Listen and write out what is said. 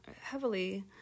heavily